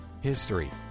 history